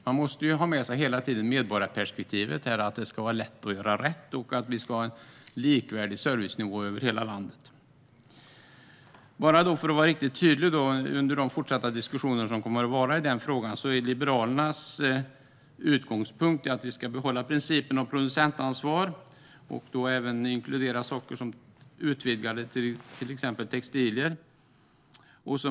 Man måste hela tiden ha med sig medborgarperspektivet att det ska vara lätt att göra rätt och att vi ska ha en likvärdig servicenivå över hela landet. För att vara riktigt tydlig inför de fortsatta diskussionerna i frågan är Liberalernas utgångspunkt att vi ska behålla principen om producentansvar och utvidga det till att även omfatta exempelvis textilier.